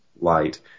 light